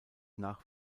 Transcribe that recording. nach